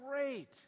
great